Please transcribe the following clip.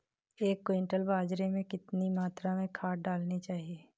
एक क्विंटल बाजरे में कितनी मात्रा में खाद डालनी चाहिए?